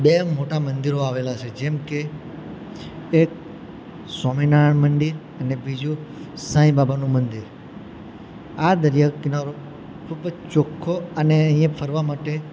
બે મોટા મંદિરો આવેલાં છે જેમ કે એક સ્વામિનારાયણ મંદિર અને બીજું સાંઈબાબાનુ મંદિર આ દરિયા કિનારો ખૂબ જ ચોખ્ખો અને અહીં ફરવા માટે